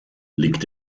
liegt